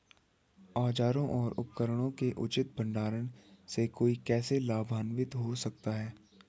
औजारों और उपकरणों के उचित भंडारण से कोई कैसे लाभान्वित हो सकता है?